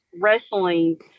wrestling